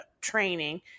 training